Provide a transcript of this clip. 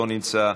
לא נמצא,